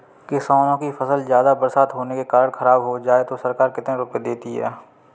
किसानों की फसल ज्यादा बरसात होने के कारण खराब हो जाए तो सरकार कितने रुपये देती है?